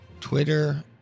Twitter